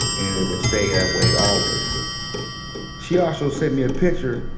and it will stay that way always she also sent me a picture,